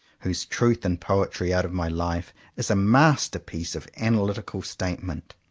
whose truth and poetry out of my life is a masterpiece of analytical statement.